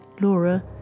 Laura